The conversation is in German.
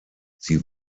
sie